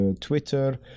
Twitter